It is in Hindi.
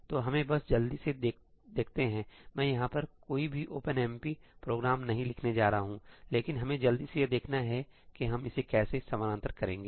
तो हमें बस जल्दी से देखते हैंमैं यहाँ पर कोई भी ओपनएमपी प्रोग्राम नहीं लिखने जा रहा हूँ लेकिन हमें जल्दी से यह देखना है कि हम इसे कैसे समानांतर करेंगे